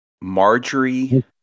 Marjorie